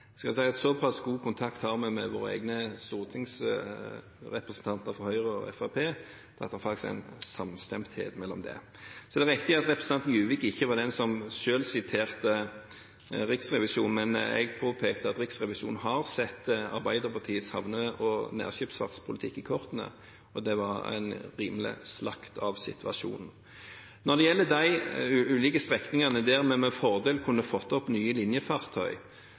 si at såpass god kontakt har vi med våre egne stortingsrepresentanter fra Høyre og Fremskrittspartiet at det faktisk er en samstemthet her. Så er det riktig at representanten Juvik ikke var den som siterte Riksrevisjonen, men jeg påpekte at Riksrevisjonen har sett Arbeiderpartiets havne- og nærskipsfartspolitikk i kortene, og det var en rimelig slakt av situasjonen. Når det gjelder de ulike strekningene der vi med fordel kunne ha fått opp nye linjefartøy,